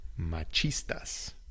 Machistas